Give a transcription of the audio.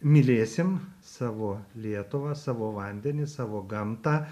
mylėsim savo lietuvą savo vandenį savo gamtą